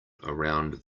around